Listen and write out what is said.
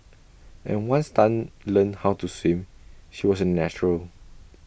and once Tan learnt how to swim she was A natural